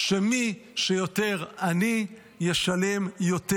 שמי שיותר עני ישלם יותר,